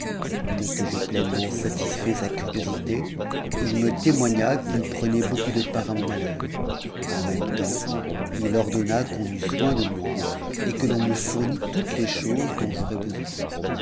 dès que j'eus pleinement satisfait sa curiosité il me témoigna t t prenait beaucoup de part à mon malheur en même temps il ordonna t on eût soin de moi et que l'on me fournit toutes les choses dont j'aurais besoin